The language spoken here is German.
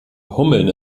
hummeln